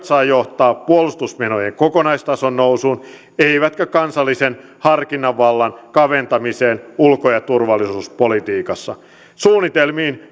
saa johtaa puolustusmenojen kokonaistason nousuun eivätkä kansallisen harkintavallan kaventumiseen ulko ja turvallisuuspolitiikassa suunnitelmiin